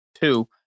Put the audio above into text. Two